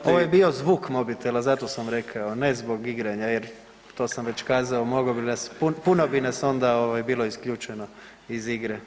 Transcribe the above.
Ovo je bio zvuk mobitela, zato sam rekao, ne zbog igranja jer to sam već kazao, mogao bi nas, puno bi nas onda ovaj bilo isključeno iz igre.